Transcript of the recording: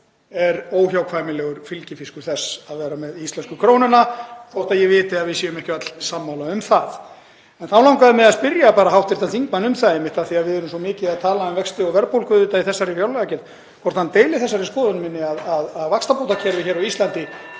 sé óhjákvæmilegur fylgifiskur þess að vera með íslensku krónuna þótt ég viti að við séum ekki öll sammála um það. En þá langaði mig að spyrja hv. þingmann um það, einmitt af því að við erum svo mikið að tala um vexti og verðbólgu auðvitað í þessari fjárlagagerð, hvort hann deili þessari skoðun minni, (Forseti hringir.) að vaxtabótakerfið á Íslandi